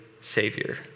savior